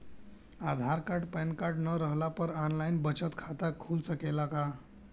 आधार card PAN card न रहला पर आन लाइन बचत खाता खुल सकेला का?